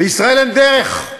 לישראל אין דרך.